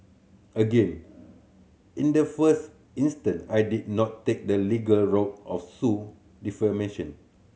again in the first instance I did not take the legal route or sue defamation